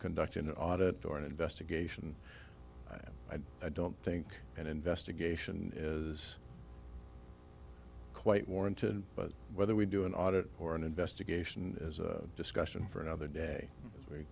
conduct an audit or an investigation and i don't think an investigation is quite warranted but whether we do an audit or an investigation is a discussion for another day